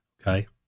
Okay